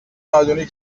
نادونی